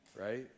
Right